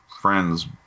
Friend's